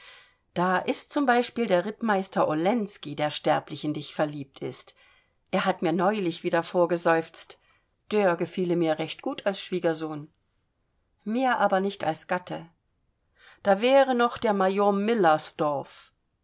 da ist zum beispiel der rittmeister olensky der sterblich in dich verliebt ist er hat mir neulich wieder vorgeseufzt der gefiele mir recht gut als schwiegersohn mir aber nicht als gatte da wäre noch der major